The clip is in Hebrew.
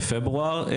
בפברואר,